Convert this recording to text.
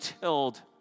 tilled